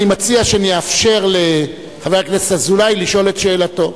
אני מציע שנאפשר לחבר הכנסת אזולאי לשאול את שאלתו.